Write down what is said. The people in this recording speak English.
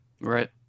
Right